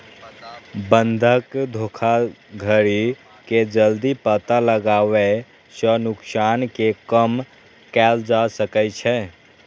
बंधक धोखाधड़ी के जल्दी पता लगाबै सं नुकसान कें कम कैल जा सकै छै